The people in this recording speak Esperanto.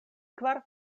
kvar